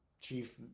Chief